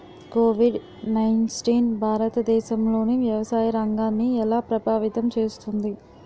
Covid nineteen భారతదేశంలోని వ్యవసాయ రంగాన్ని ఎలా ప్రభావితం చేస్తుంది?